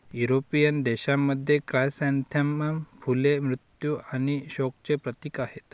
European देशांमध्ये, chrysanthemum फुले मृत्यू आणि शोकांचे प्रतीक आहेत